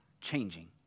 changing